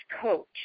coach